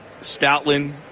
Stoutland